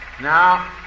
Now